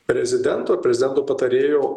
prezidento prezidento patarėjo